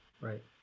Right